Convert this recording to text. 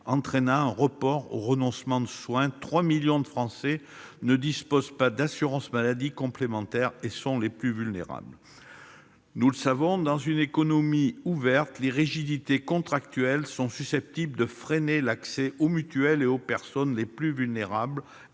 financières à se soigner. Les trois millions de Français qui ne disposent pas d'une assurance maladie complémentaire sont les plus vulnérables. Nous le savons, dans une économie ouverte, les rigidités contractuelles sont susceptibles de freiner l'accès aux mutuelles des personnes les plus vulnérables